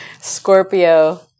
Scorpio